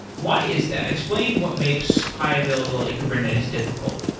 why is that? explain what makes high-availability kubernetes difficult.